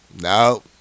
No